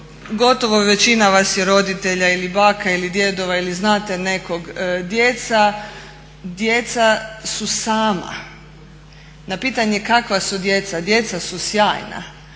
Gotovo većina vas je roditelja ili baka ili djedova ili znate nekog, djeca su sama. Na pitanje kakva su djeca, djeca su sjajna,